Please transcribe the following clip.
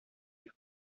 pero